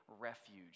refuge